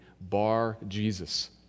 Bar-Jesus